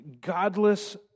godless